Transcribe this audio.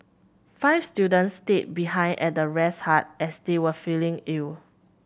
five students stayed behind at the rest hut as they were feeling ill